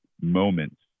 moments